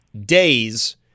days